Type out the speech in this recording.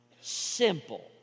Simple